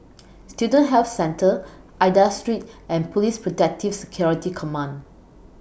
Student Health Centre Aida Street and Police Protective Security Command